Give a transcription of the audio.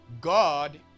God